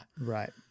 Right